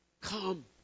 Come